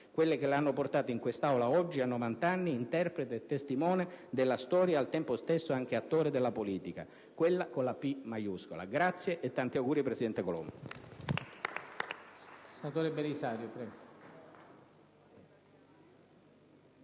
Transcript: Quelle che lo hanno portato in quest'Aula oggi, a novant'anni, interprete e testimone della storia e al tempo stesso anche attore della politica, quella con la "P" maiuscola. Grazie e tanti auguri, presidente Colombo!